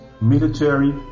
military